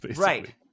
Right